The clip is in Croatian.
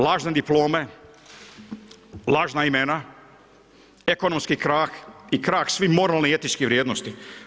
Lažne diplome, lažna imena, ekonomski krah i krah svih moralnih i etičkih vrijednosti.